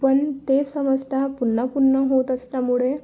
पण ते समस्या पुन्हा पुन्हा होत असल्यामुळे